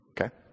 Okay